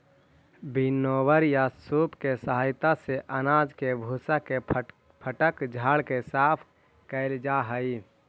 winnower या सूप के सहायता से अनाज के भूसा के फटक झाड़ के साफ कैल जा हई